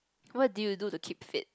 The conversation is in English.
what do you do to keep fit